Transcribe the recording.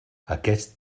aquest